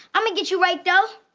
i'ma get you right though.